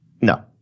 No